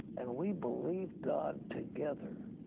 and we believe god together,